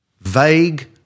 Vague